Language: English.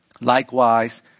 Likewise